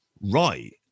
right